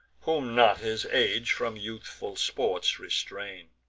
whom not his age from youthful sports restrain'd.